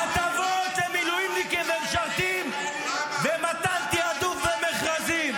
הטבות למילואימניקים ולמשרתים ומתן תיעדוף במכרזים.